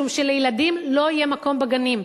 משום שלילדים לא יהיה מקום בגנים,